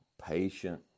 patient